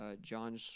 John